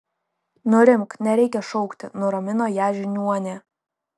nurimk nereikia šaukti nuramino ją žiniuonė